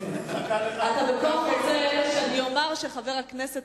אתה בכוח רוצה שאני אומר שחבר הכנסת